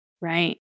Right